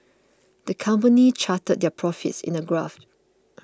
the company charted their profits in a graph